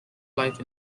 life